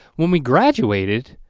when we graduated,